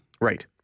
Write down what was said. Right